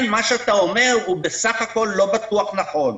מה שאתה אומר הוא בסך הכול לא בטוח נכון.